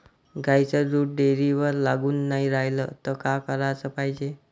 गाईचं दूध डेअरीवर लागून नाई रायलं त का कराच पायजे?